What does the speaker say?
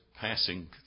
passing